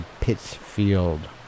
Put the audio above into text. Pittsfield